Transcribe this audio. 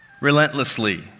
relentlessly